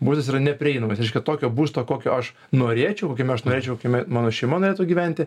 būstas yra neprieinamas reiškia tokio būsto kokio aš norėčiau kokiame aš norėčiau kokiame mano šeima norėtų gyventi